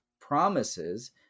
promises